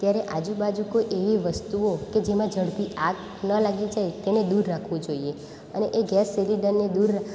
ત્યારે આજુબાજુ કોઈ એવી વસ્તુ ઓ કે જેમાં ઝડપી આગ ન લાગી જાય તેને દૂર રાખવી જોઈએ અને એ ગેસ સિલેન્ડરને દૂર